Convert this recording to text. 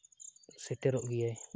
ᱥᱮᱴᱮᱨᱚᱜ ᱜᱮᱭᱟᱭ